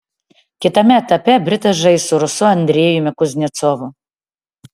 kitame etape britas žais su rusu andrejumi kuznecovu